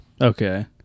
Okay